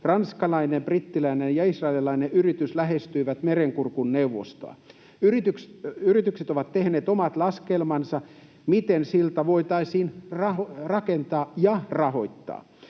ranskalainen, brittiläinen ja israelilainen yritys lähestyivät Merenkurkun neuvostoa. Yritykset ovat tehneet omat laskelmansa, miten silta voitaisiin rakentaa ja rahoittaa.